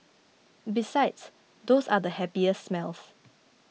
besides those are the happiest smells